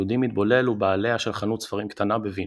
יהודי מתבולל ובעליה של חנות ספרים קטנה בווינה.